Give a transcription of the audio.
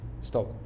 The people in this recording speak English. Stop